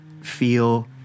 feel